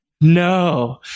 no